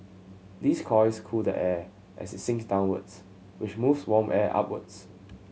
these coils cool the air as it sinks downwards which moves warm air upwards